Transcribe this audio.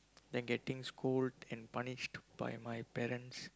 then getting scold and punished by my parents